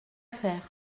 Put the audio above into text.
faire